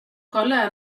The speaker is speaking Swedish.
kolla